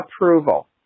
approval